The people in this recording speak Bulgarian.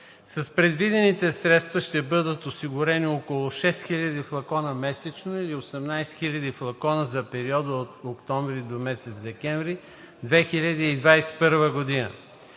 С предвидените средства ще бъдат осигурени около 6000 флакона месечно или 18 000 флакона за периода от месец октомври до месец декември 2021 г.